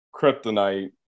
kryptonite